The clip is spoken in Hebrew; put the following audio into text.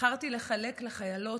בחרתי לחלק לחיילות,